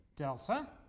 delta